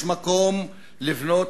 יש מקום לבנות